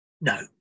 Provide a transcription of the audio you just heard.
No